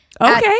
okay